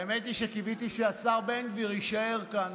האמת היא, קיוויתי שהשר בן גביר יישאר כאן.